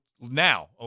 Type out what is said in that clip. Now